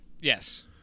Yes